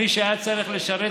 מי שהיה צריך לשרת בקודש,